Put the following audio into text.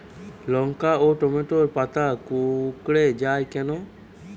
লঙ্কা ও টমেটোর পাতা কুঁকড়ে য়ায় কেন?